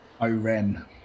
Oren